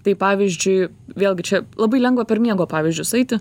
tai pavyzdžiui vėlgi čia labai lengva per miego pavyzdžius eiti